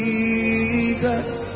Jesus